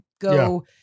go